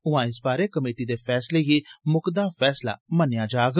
उआं इस बारै कमेटी दे फैसले गी म्कदा फैसला मन्नेआ जाग